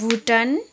Bhutan